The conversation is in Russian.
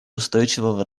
устойчивого